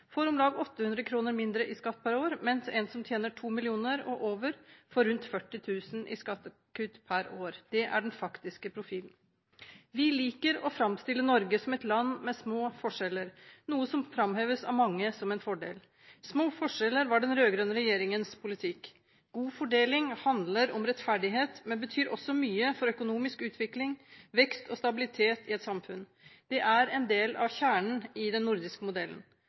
får om lag 800 kr mindre i skatt per år, mens en som tjener 2 mill. kr og over, får rundt 40 000 kr i skattekutt per år. Det er den faktiske profilen. Vi liker å framstille Norge som et land med små forskjeller, noe som framheves av mange som en fordel. Små forskjeller var den rød-grønne regjeringens politikk. God fordeling handler om rettferdighet, men betyr også mye for økonomisk utvikling, vekst og stabilitet i et samfunn. Det er en del av kjernen i den nordiske modellen.